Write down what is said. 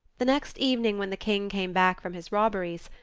the next evening when the king came back from his robberies,